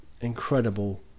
Incredible